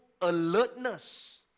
alertness